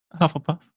Hufflepuff